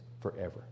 forever